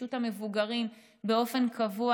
יפגשו את המבוגרים באופן קבוע,